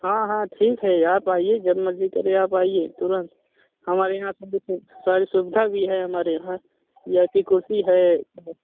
हाँ हाँ ठीक है आप आइए जब मर्ज़ी करे आप आइए तुरंत हमारे यहाँ सभी से सारी सुविधा भी है हमारे यहाँ वी आई पी कुर्सी है और